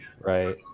right